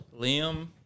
Liam